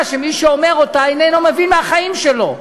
שמי שאומר אותה איננו מבין מהחיים שלו.